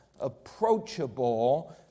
approachable